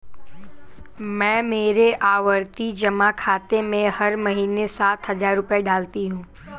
मैं मेरे आवर्ती जमा खाते में हर महीने सात हजार रुपए डालती हूँ